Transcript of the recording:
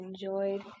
enjoyed